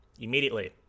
immediately